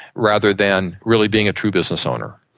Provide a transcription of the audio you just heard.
rather than really being a true business owner.